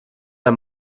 der